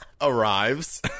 arrives